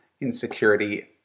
insecurity